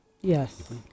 Yes